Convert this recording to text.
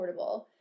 affordable